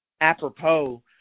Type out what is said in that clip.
apropos